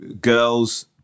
girls